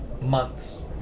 months